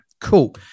Cool